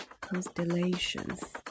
constellations